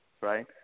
right